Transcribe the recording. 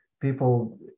people